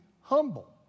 humble